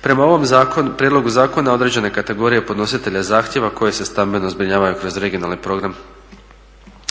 Prema ovom prijedlogu zakona određene kategorije podnositelja zahtjeva koje se stambeno zbrinjavaju kroz regionalni program